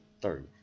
third